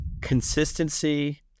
consistency